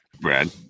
Brad